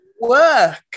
work